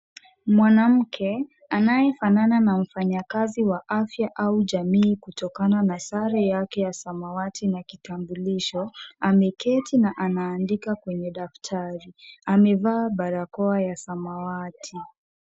Mwanamke, anayefanana na mfanyikazi wa afya au jamii kutokana na sare yake ya samawati na kitambulisho, ameketi na anaandika kwenye daftari. Amevaa barakoa ya samawati.